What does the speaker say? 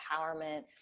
empowerment